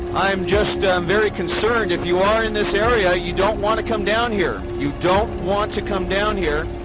i'm just very concerned. if you are in this area, you don't want to come down here. you don't want to come down here.